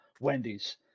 Wendy's